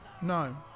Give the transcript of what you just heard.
no